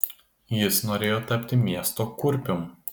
jis norėjo tapti miesto kurpium